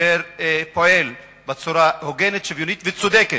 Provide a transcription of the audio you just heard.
אשר פועל בצורה הוגנת, שוויונית וצודקת.